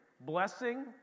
blessing